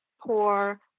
poor